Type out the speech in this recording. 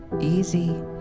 Easy